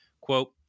Quote